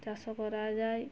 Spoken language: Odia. ଚାଷ କରାଯାଏ